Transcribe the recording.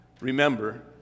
Remember